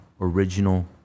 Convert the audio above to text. original